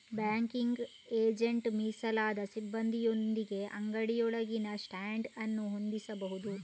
banking agent ಮೀಸಲಾದ ಸಿಬ್ಬಂದಿಯೊಂದಿಗೆ ಅಂಗಡಿಯೊಳಗೆ ಸ್ಟ್ಯಾಂಡ್ ಅನ್ನು ಹೊಂದಿಸಬಹುದು